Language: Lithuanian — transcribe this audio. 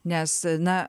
nes na